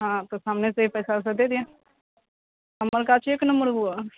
हँ तऽ सामने से पैसा वैसा दै दिहेँ हमर गाछ एक नम्बर हुअ